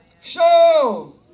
Show